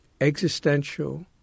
existential